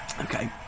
Okay